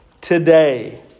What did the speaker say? Today